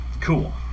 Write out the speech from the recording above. Cool